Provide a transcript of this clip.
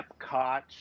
Epcot